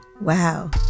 Wow